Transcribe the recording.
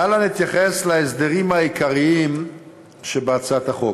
להלן אתייחס להסדרים העיקריים שבהצעת החוק: